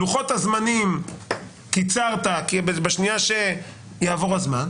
לוחות הזמנים, קיצרת בשנייה שיעבור הזמן.